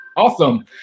Awesome